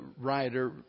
writer